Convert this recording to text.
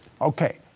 Okay